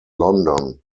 london